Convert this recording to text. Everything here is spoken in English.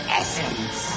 essence